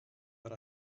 but